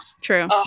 True